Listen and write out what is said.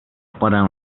para